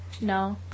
No